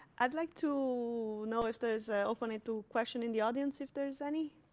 i'd like to know if there's an opening to question in the audience, if there is any?